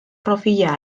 profila